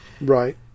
Right